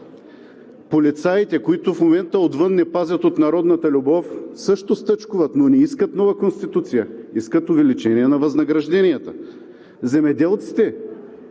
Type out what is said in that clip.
Полицаите, които в момента отвън ни пазят от народната любов, също стачкуват, но не искат нова Конституцията, искат увеличение на възнагражденията. Земеделците